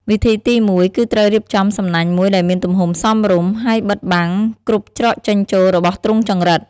វិធីទីមួយ គឺត្រូវរៀបចំសំណាញ់មួយដែលមានទំហំសមរម្យ ហើយបិទបាំងគ្រប់ច្រកចេញចូលរបស់ទ្រុងចង្រិត។